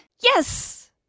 Yes